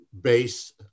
base